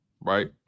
right